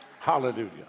Hallelujah